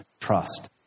trust